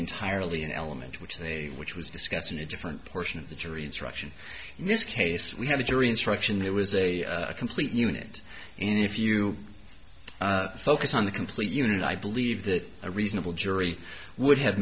entirely an element which they which was discussed in a different portion of the jury instruction in this case we have a jury instruction it was a complete unit and if you focus on the complete unit i believe that a reasonable jury would have